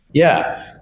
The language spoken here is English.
yeah.